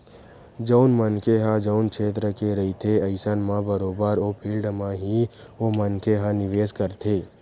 जउन मनखे ह जउन छेत्र के रहिथे अइसन म बरोबर ओ फील्ड म ही ओ मनखे ह निवेस करथे